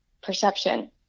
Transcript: perception